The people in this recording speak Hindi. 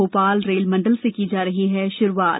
भोपाल रेल मण्डल से की जा रही है शुरुआत